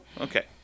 Okay